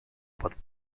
pot